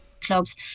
clubs